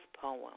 poem